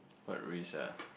what risk ah